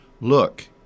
look